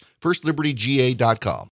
FirstLibertyGA.com